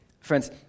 Friends